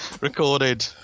recorded